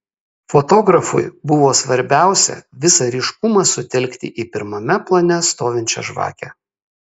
fotografui buvo svarbiausia visą ryškumą sutelkti į pirmame plane stovinčią žvakę